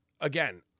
again